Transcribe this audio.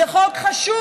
זה חוק חשוב.